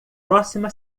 próxima